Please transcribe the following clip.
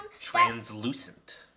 Translucent